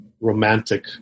romantic